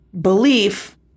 belief